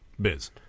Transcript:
Biz